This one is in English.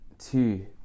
Two